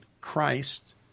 Christ